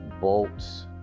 bolts